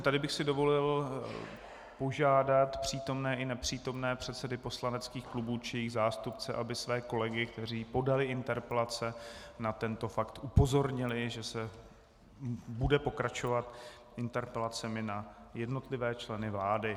Tady bych si dovolil požádat přítomné i nepřítomné předsedy poslaneckých klubů či jejich zástupce, aby své kolegy, kteří podali své interpelace, na tento fakt upozornili, že se bude pokračovat interpelacemi na jednotlivé členy vlády.